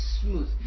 smooth